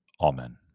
Amen